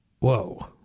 Whoa